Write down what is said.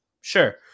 sure